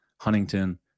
Huntington